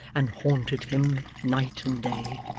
and haunted him night and day.